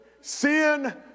sin